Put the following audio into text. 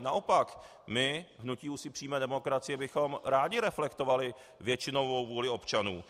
Naopak, my, hnutí Úsvit přímé demokracie, bychom naopak rádi reflektovali většinovou vůli občanů.